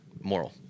moral